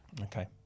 okay